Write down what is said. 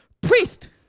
priest